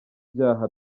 ibyaha